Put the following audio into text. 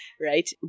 right